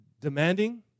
demanding